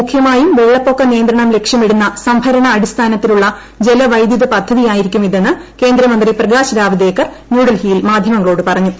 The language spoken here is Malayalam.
മുഖ്യമായും വെള്ളപ്പൊക്ക നിയന്ത്രണം ലക്ഷ്യമിടുന്ന സംഭരണാടിസ്ഥാനത്തിലുള്ള ജല വൈദ്യുത പദ്ധതിയായിരിക്കും ഇതെന്ന് കേന്ദ്ര മന്ത്രി പ്രകാശ് ജാവദേക്കർ ന്യൂഡൽഹിയിൽ മാധ്യമങ്ങളോട് പറഞ്ഞു